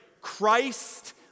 Christ